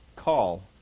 Call